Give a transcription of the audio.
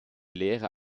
lehre